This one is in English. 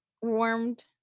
warmed